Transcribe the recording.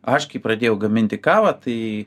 aš kai pradėjau gaminti kavą tai